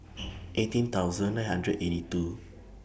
eighteen thousand nine hundred eighty two